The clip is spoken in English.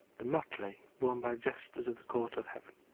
the motley worm by jesters of the court of heaven.